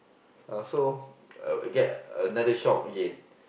uh so get another shock again